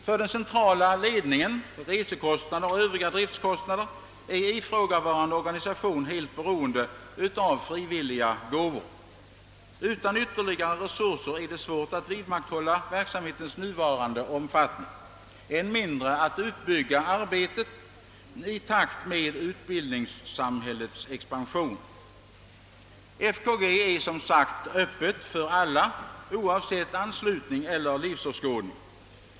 För den centrala ledningen samt för resekostnader och övriga driftkostnader är organisationen helt beroende av frivilliga gåvor. Utan ytterligare resurser är det svårt att vidmakthålla verksamhetens nuvarande omfattning och än svårare att bygga ut arbetet i takt med utbildningssamhällets expansion. FKG är som sagt öppen för alla oavsett anslutning eller livsåskådning.